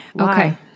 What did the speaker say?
Okay